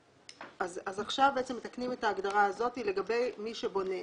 עכשיו מתקנים את ההגדרה הזאת לגבי מי שבונה.